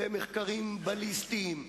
במחקרים בליסטיים,